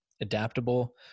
adaptable